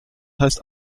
heißt